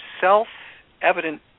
self-evident